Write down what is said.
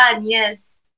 yes